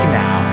now